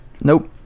Nope